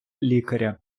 лікаря